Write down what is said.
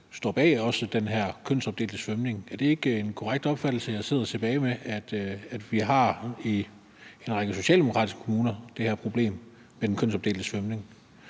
står bag den her kønsopdelte svømning. Er det ikke en korrekt opfattelse, jeg sidder tilbage med, altså at det er i en række socialdemokratiske kommuner, vi har det her problem med den kønsopdelte svømning?